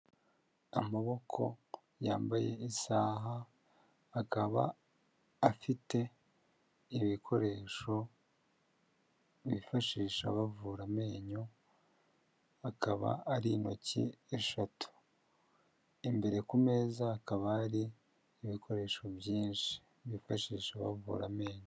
Amaboko yambaye isaha akaba afite ibikoresho bifashisha bavura amenyo, akaba ari intoki eshatu, imbere ku meza hakaba hari n'ibikoresho byinshi bifashisha bavura amenyo.